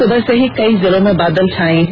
सुबह से ही कई जिलों में बादल छाए हुए हैं